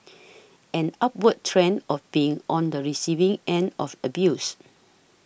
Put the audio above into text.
an upward trend of being on the receiving end of abuse